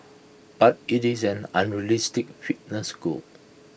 but IT is an unrealistic fitness goal